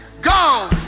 go